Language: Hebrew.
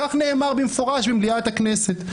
כך נאמר במפורש במליאת הכנסת.